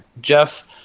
Jeff